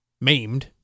maimed